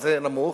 שזה נמוך,